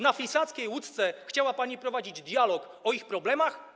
Na flisackiej łódce chciała pani prowadzić dialog o ich problemach?